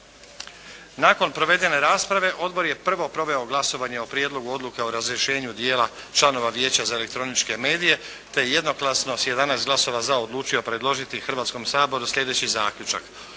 Nakon proveden rasprave odbor je prvo proveo glasovanje o Prijedlogu odluke o razrješenju dijela članova Vijeća za elektroničke medije te jednoglasno sa 11 glasova za odlučio predložiti Hrvatskom saboru sljedeći zaključak: